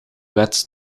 wet